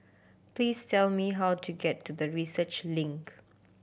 please tell me how to get to the Research Link